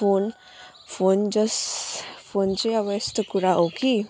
phone phone जस phone चाहिँ अब यस्तो कुरा हो कि